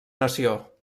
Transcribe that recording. nació